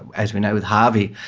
as we know with harvey,